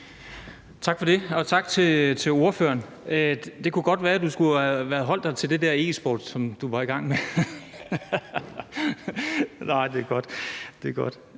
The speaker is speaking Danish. Tak for det, og tak til ordføreren. Det kunne godt være, du skulle have holdt dig til det der e-sport, som du var i gang med. (Munterhed).